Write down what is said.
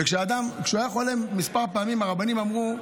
וכשהוא היה חולה כמה פעמים, הרבנים אמרו: